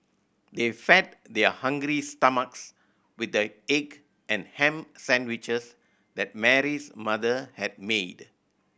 they fed their hungry stomachs with the egg and ham sandwiches that Mary's mother had made